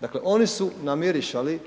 Dakle oni su namirisali